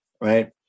right